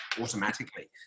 automatically